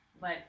but-